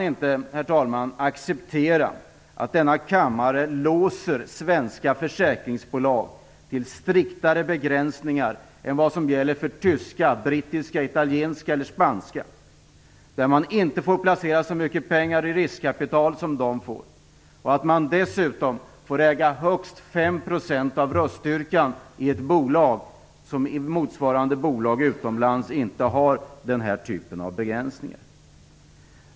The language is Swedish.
Jag kan inte acceptera att denna kammare låser svenska försäkringsbolag till striktare begränsningar än vad som gäller för tyska, brittiska, italienska eller spanska bolag. De svenska bolagen får inte placera så mycket pengar i riskkapital som de andra bolagen får. Dessutom får man äga högst 5 % av röststyrkan i ett bolag. I motsvarande bolag utomlands finns inte den typen av begränsning.